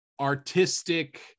artistic